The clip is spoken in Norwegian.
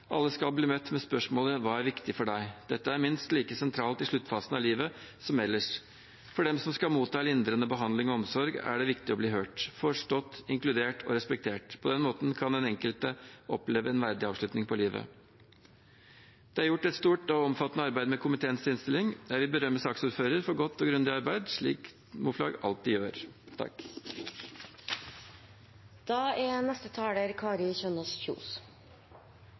Alle skal bli møtt med spørsmålet: «Hva er viktig for deg?» Dette er minst like sentralt i sluttfasen av livet som ellers. For dem som skal motta lindrende behandling og omsorg, er det viktig å bli hørt, forstått, inkludert og respektert. På den måten kan den enkelte oppleve en verdig avslutning på livet. Det er gjort et stort og omfattende arbeid med komiteens innstilling. Jeg vil berømme saksordføreren for godt og grundig arbeid, slik representanten Moflag alltid gjør. Det er